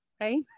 Right